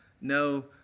no